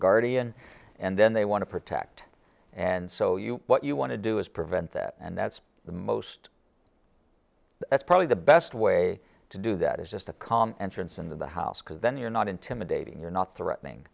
guardian and then they want to protect and so you what you want to do is prevent that and that's the most that's probably the best way to do that is just a calm entrance into the house because then you're not intimidating you're not threatening